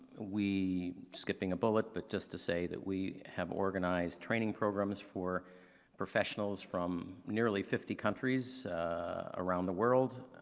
we skipping a bullet but just to say that we have organized training programs for professionals from nearly fifty countries around the world,